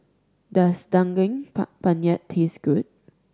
does Daging Penyet taste good